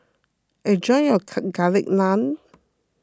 enjoy your Garlic Naan